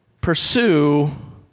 pursue